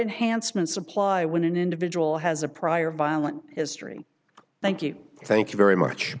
enhanced misapply when an individual has a prior violent history thank you thank you very much